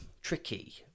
tricky